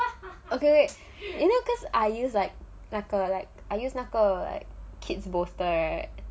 okay wait you know cause I use like 那个 like err like I used 那个 like kids bolster right